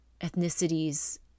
ethnicities